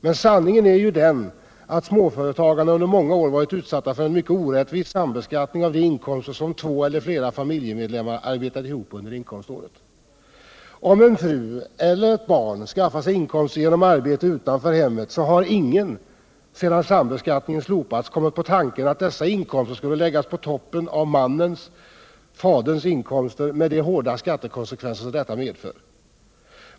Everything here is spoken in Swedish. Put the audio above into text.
Men sanningen är den ati småföretagarna under många år varit utsatta för en mycket orättvis sambeskattning av de inkomster som två eller flera familjemedlemmar arbetat ihop under inkomståret. Om en fru eller ett barn skaffar sig inkomster genom arbete utanför hemmet, så har ingen — sedan sambeskattningen slopats — kommit på tanken all dessa inkomster skulle läggas på toppen av makens resp. faderns inkomster med de hårda skattekonsekvenser som detta medför.